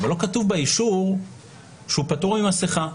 אבל לא כתוב באישור שהוא פטור ממסכה.